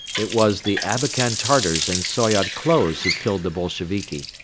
it was the abakan tartars in soyot clothes who killed the bolsheviki.